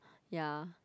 ya